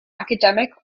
academic